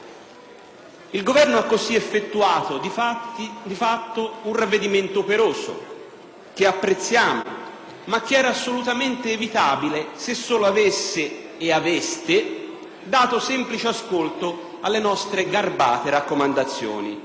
Il Governo ha così effettuato di fatto un ravvedimento operoso, che apprezziamo ma che era assolutamente evitabile se solo avesse, e aveste, dato semplice ascolto alle nostre garbate raccomandazioni.